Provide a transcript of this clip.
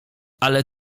ale